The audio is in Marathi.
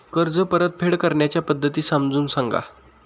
कर्ज परतफेड करण्याच्या पद्धती समजून सांगा